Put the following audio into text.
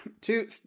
Two